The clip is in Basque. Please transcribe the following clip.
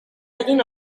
egin